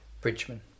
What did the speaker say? Bridgman